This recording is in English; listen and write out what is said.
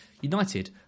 United